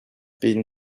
been